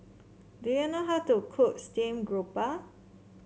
do you know how to cook steam grouper